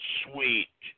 sweet